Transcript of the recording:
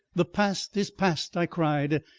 the past is past, i cried,